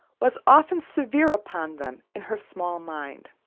was often severe upon them in her small mind.